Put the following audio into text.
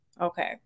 Okay